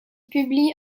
publie